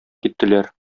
киттеләр